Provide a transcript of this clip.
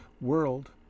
World